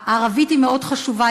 הערבית היא מאוד חשובה,